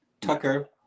Tucker